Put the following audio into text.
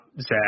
Zach